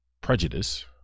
prejudice